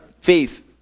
faith